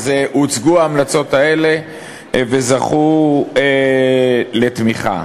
הוצגו ההמלצות האלה וזכו לתמיכה.